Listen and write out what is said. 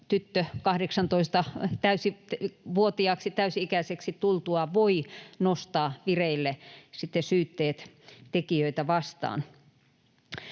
tyttö 18-vuotiaaksi, täysi-ikäiseksi, tultuaan voi sitten nostaa vireille syytteet tekijöitä vastaan.